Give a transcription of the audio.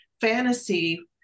fantasy